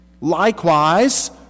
Likewise